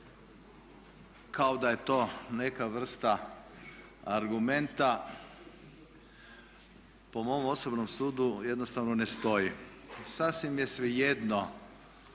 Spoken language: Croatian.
kao da je to neka vrsta argumenta, po mom osobnom sudu jednostavno ne stoji. Sasvim je svejedno